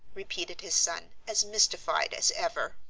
repeated his son, as mystified as ever.